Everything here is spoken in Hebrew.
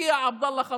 מגיע עבדאללה ח'טיב,